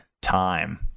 time